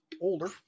older